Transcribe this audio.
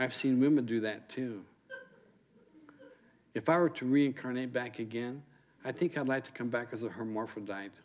i've seen women do that too if i were to reincarnate back again i think i'd like to come back as a her more for